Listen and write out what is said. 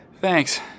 Thanks